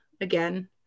again